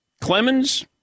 Clemens